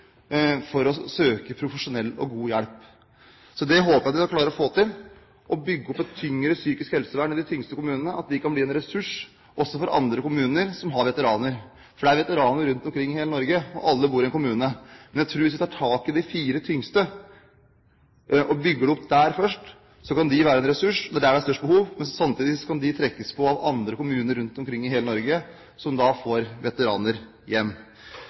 å søke profesjonell og god hjelp. Det håper jeg at vi skal klare å få til – å bygge opp et psykisk helsevern i de tyngste kommunene – og at de kan bli en ressurs også for andre kommuner som har veteraner. For det er veteraner rundt omkring i hele Norge, og alle bor i en kommune, men jeg tror at hvis vi tar tak i de fire tyngste kommunene og bygger det opp der først, så kan de være en ressurs der det er størst behov. Men samtidig kan disse kommunene trekkes på av andre kommuner rundt omkring i hele Norge, som får veteraner hjem.